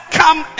come